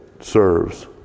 serves